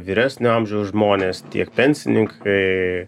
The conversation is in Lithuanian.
vyresnio amžiaus žmonės tiek pensininkai